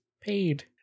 paid